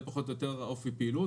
זה פחות או יותר אופי הפעילות.